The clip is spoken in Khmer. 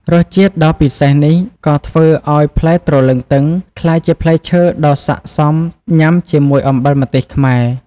រសជាតិដ៏ពិសេសនេះក៏ធ្វើឲ្យផ្លែទ្រលឹងទឹងក្លាយជាផ្លែឈើដ៏ស័ក្តិសមញ៉ាំជាមួយអំបិលម្ទេសខ្មែរ។